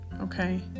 okay